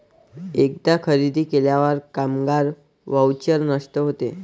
एकदा खरेदी केल्यावर कामगार व्हाउचर नष्ट होते